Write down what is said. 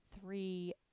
three